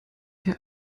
der